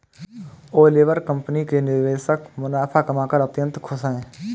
Oliver company के निवेशक मुनाफा कमाकर अत्यंत खुश हैं